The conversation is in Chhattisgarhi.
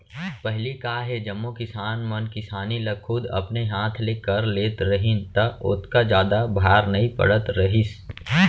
पहिली का हे जम्मो किसान मन किसानी ल खुद अपने हाथ ले कर लेत रहिन त ओतका जादा भार नइ पड़त रहिस